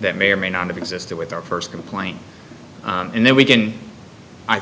that may or may not have existed with our first complaint and then we can i